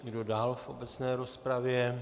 Kdo dál v obecné rozpravě?